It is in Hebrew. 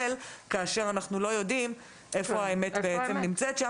כאשר אנחנו לא יודעים איפה נמצאת האמת.